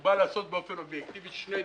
היא באה לעשות באופן אובייקטיבי שני דברים: